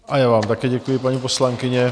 A já vám také děkuji, paní poslankyně.